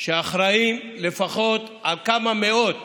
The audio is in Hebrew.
שאחראים לפחות לכמה מאות